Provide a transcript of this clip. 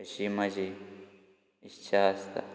अशी म्हाजी इत्सा आसा